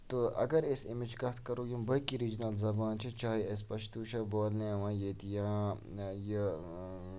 تہٕ اَگر أسۍ امِچ کَتھ کرو یِم باقٕے رِیجنل زَبان چھِ چاہے اَسہِ پٔشتوٗ چھِ بولنہٕ یِوان ییٚتہِ یا یہِ